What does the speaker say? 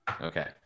Okay